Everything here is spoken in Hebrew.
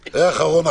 חבר הכנסת איימן